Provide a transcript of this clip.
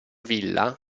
villa